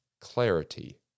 clarity